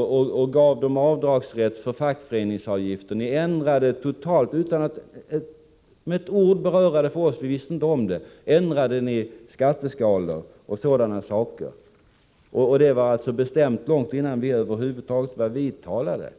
och gav rätt till avdrag för fackföreningsavgifter. Utan att med ett ord beröra det för oss ändrade ni skatteskalorna. Och detta var bestämt långt innan vi över huvud taget var vidtalade.